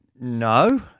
No